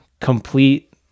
complete